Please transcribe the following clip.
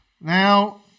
now